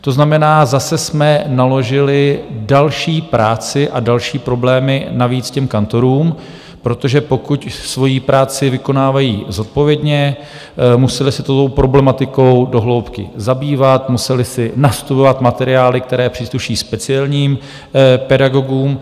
To znamená, zase jsme naložili další práci a další problémy navíc těm kantorům, protože pokud svoji práci vykonávají zodpovědně, museli se tou problematikou do hloubky zabývat, museli si nastudovat materiály, které přísluší speciálním pedagogům.